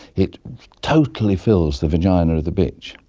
it totally fills the vagina of the bitch.